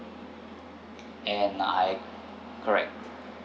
and I correct